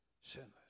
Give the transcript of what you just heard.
sinless